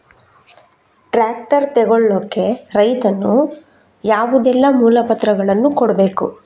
Tractor ತೆಗೊಳ್ಳಿಕೆ ರೈತನು ಯಾವುದೆಲ್ಲ ಮೂಲಪತ್ರಗಳನ್ನು ಕೊಡ್ಬೇಕು?